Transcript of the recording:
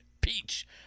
Peach